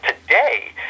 today